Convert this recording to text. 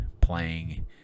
playing